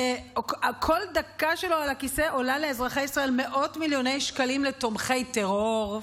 כל דקה שלו על הכיסא עולה לאזרחי ישראל מאות מיליוני שקלים לתומכי טרור.